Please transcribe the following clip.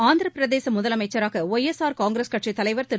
ஆந்திரப்பிரதேச முதலமைச்சராக Y S R Congress கட்சித்தலைவர் திரு